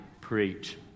preach